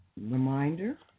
Reminder